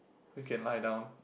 you can lie down